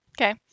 Okay